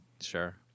sure